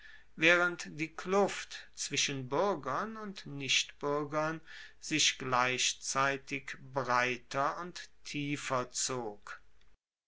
waehrend die kluft zwischen buergern und nichtbuergern sich gleichzeitig breiter und tiefer zog